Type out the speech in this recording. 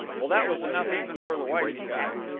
well, that was enough even for the whiting guy.